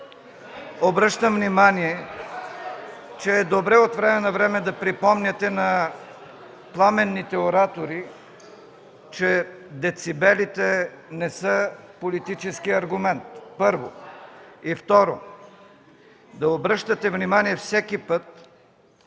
Обръщам внимание, че е добре от време на време да припомняте на пламенните оратори, че децибелите не са политически аргумент, първо. Второ, да обръщате внимание всеки път